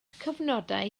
cyfnodau